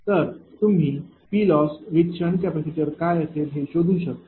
तर तुम्ही PLosswith SC काय असेल ते शोधू शकता